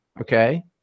okay